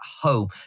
home